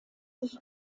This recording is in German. sich